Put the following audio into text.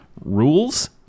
rules